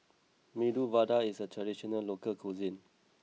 Medu Vada is a traditional local cuisine